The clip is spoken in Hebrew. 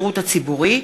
פריג',